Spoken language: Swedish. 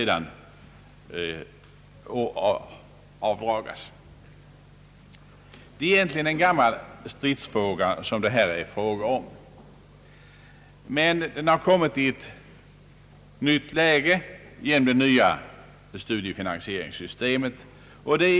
Det gäller här egentligen en gammal stridsfråga, som kommit i ett nytt läge genom det nya studiefinansieringssystemet.